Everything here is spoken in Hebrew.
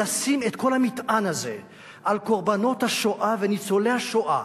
לשים את כל המטען הזה על קורבנות השואה וניצולי השואה,